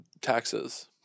taxes